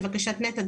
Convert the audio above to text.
לבקשת נת"ע,